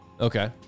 okay